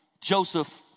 Joseph